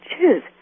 choose